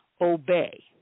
obey